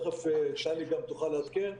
תכף יעדכנו,